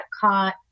caught